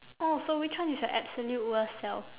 oh so which one is your absolute worst self